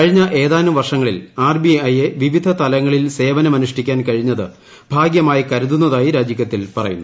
കഴിഞ്ഞ ഏതാനും വർഷങ്ങളിൽ ആർബിഐ യെ വിവിധ തലങ്ങളിൽ സേവനമനുഷ്ഠിക്കാൻ കഴിഞ്ഞത് ഭാഗ്യമായി കരുതുന്നതായി രാജികത്തിൽ പറയുന്നു